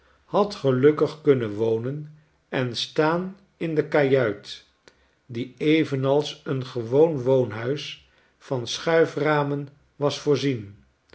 had gelukkig kunnen wonen en staan in de kajuit die evenals een gewoon woonhuis van schuiframen was voorzien